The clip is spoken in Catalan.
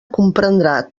comprendrà